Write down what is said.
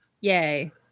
yay